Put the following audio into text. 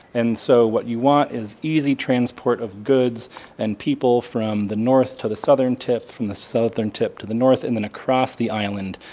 and so what you want is easy transport of goods and people from the north to the southern tip, from the southern tip to the north and then across the island.